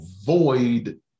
avoid